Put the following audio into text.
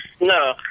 No